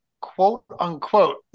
quote-unquote